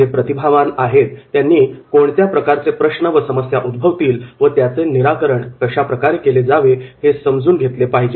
जे प्रतिभावान आहेत त्यांनी कोणत्या प्रकारचे प्रश्न व समस्या उद्भवतील व त्याचे निराकरण कशाप्रकारे केले जावे हे समजून घेतले पाहिजे